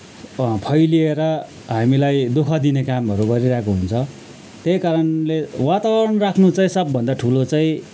फैलिएर हामीलाई दुःख दिने कामहरू गरिरहेको हुन्छ त्यही कारणले वातावरण राख्नु चाहिँ सबभन्दा ठुलो चाहिँ